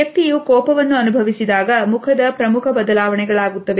ವ್ಯಕ್ತಿಯು ಕೋಪವನ್ನು ಅನುಭವಿಸಿದಾಗ ಮುಖದ ಪ್ರಮುಖ ಬದಲಾವಣೆಗಳಾಗುತ್ತವೆ